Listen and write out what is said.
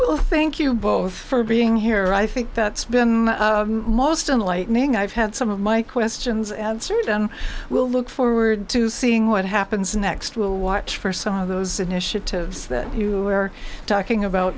we'll thank you both for being here i think that's been most enlightening i've had some of my questions answered and we'll look forward to seeing what happens next we'll watch for some of those initiatives that you were talking about